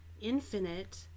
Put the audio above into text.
Infinite